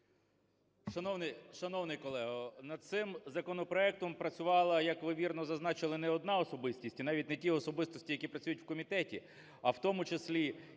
Шановний колего, над цим законопроектом працювала, як ви вірно зазначили, не одна особистість, і навіть не ті особистості, які працюють в комітеті. А в тому числі